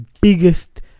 biggest